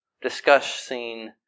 discussing